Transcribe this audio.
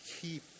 keep